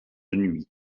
nuit